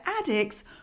addicts